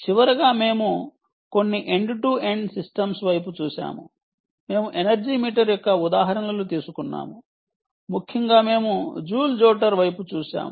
చివరగా మేము కొన్ని ఎండ్ టు ఎండ్ సిస్టమ్స్ వైపు చూశాము మేము ఎనర్జీ మీటర్ యొక్క ఉదాహరణలు తీసుకున్నాము ముఖ్యంగా మేము జూల్ జోటర్ వైపు చూశాము